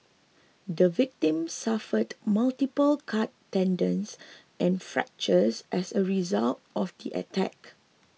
the victim suffered multiple cut tendons and fractures as a result of the attack